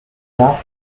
tough